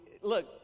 look